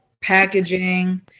packaging